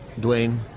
Dwayne